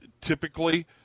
typically